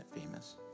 famous